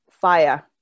fire